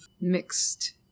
mixed